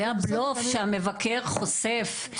זה הבלוף שהמבקר חושף,